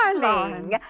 darling